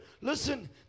Listen